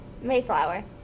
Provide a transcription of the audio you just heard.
Mayflower